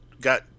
got